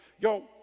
Yo